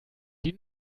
die